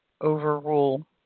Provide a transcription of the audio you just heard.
overrule